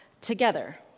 Together